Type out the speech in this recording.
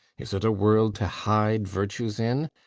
is it a world to hide virtues in?